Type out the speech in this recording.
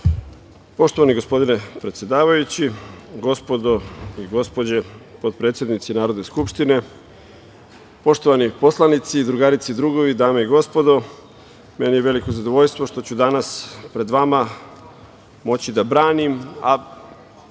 Poštovani gospodine predsedavajući, gospodo i gospođe potpredsednici Narodne skupštine, poštovani poslanici, drugarice i drugovi, dame i gospodo, veliko mi je zadovoljstvo što ću danas pred vama moći da branim,